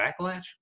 backlash